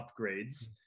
upgrades